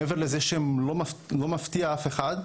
מעבר לזה שלא מפתיע אף אחד,